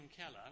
Keller